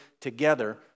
together